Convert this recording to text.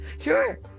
Sure